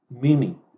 meaning